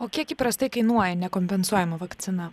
o kiek įprastai kainuoja nekompensuojama vakcina